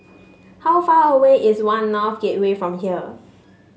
how far away is One North Gateway from here